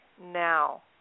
now